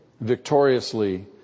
victoriously